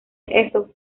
eso